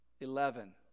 Eleven